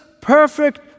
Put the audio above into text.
perfect